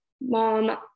mom